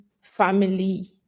family